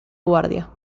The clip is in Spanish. guardia